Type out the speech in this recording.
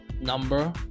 number